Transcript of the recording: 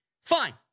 fine